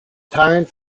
tyrant